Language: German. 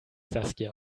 saskia